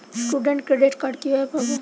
Student credit card কিভাবে পাব?